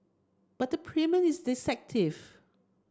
but the premium is deceptive